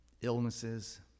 illnesses